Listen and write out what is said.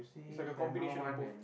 it's like a combination of both